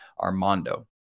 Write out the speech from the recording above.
Armando